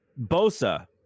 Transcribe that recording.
Bosa